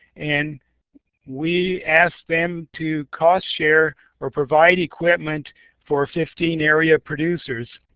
and we asked them to cost share or provide equipment for fifteen area producers.